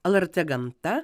lrt gamta